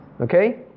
Okay